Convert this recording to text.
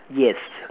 yes